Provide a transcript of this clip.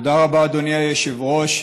תודה רבה, אדוני היושב-ראש.